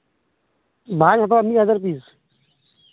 ᱵᱟᱦᱟᱧ ᱦᱟᱛᱟᱣᱟ ᱢᱤᱫ ᱦᱟᱡᱟᱨ ᱯᱤᱥ